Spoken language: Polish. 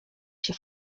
się